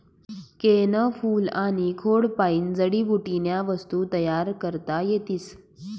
केयनं फूल आनी खोडपायीन जडीबुटीन्या वस्तू तयार करता येतीस